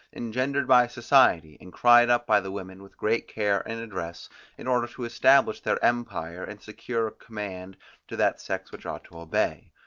engendered by society, and cried up by the women with great care and address in order to establish their empire, and secure command to that sex which ought to obey.